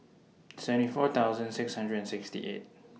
seventy four thousand six hundred and sixty eight